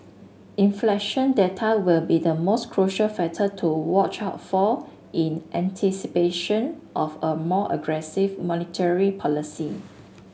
inflation data will be the most crucial factor to watch out for in anticipation of a more aggressive monetary policy